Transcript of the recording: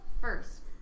first